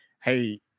hey